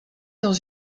dans